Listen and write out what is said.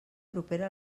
propera